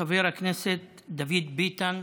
חבר הכנסת דוד ביטן,